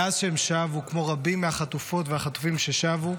מאז שהם שבו, כמו רבים מהחטופות והחטופים ששבו,